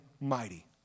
mighty